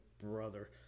brother